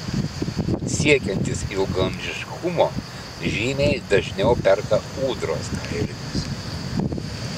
siekiantys ilgaamžiškumo žymiai dažniau perka ūdros kailinius